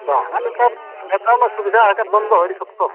ᱵᱟᱝᱟ ᱱᱮᱛᱟᱨ ᱫᱚ ᱱᱮᱛᱟᱨ ᱢᱟ ᱥᱩᱵᱤᱫᱷᱟ ᱟᱠᱟᱫ ᱵᱚᱱ ᱫᱚ ᱟᱹᱰᱤ ᱥᱚᱠᱛᱚ